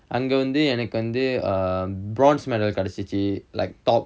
அங்க வந்து எனக்கு வந்து:anga vanthu enakku vanthu um bronze medal கெடச்சிச்சு:kedachichu like top